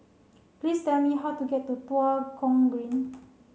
please tell me how to get to Tua Kong Green